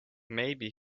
maybe